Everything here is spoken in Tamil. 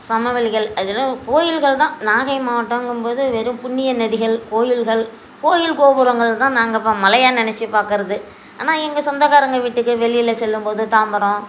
சமவெளிகள் அதில் கோயில்கள் தான் நாகை மாவட்டங்கும் போது வெறும் புண்ணிய நதிகள் கோயில்கள் கோயில் கோபுரங்கள் தான் நாங்கள் பா மலையாக நினைச்சி பார்க்கறது ஆனால் எங்கள் சொந்தக்காரங்கள் வீட்டுக்கு வெளியில் செல்லும்போது தாம்பரம்